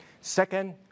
Second